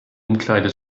umkleide